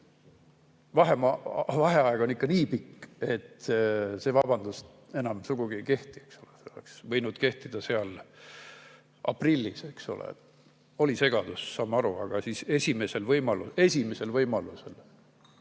vaheaeg on ikka nii pikk, et see vabandus enam sugugi ei kehti. See oleks võinud kehtida aprillis, eks ole. Oli segadus, me saame aru, aga siis esimesel võimalusel